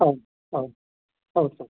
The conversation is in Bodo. औ औ औ सार